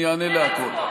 אני אענה להכול.